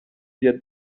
wird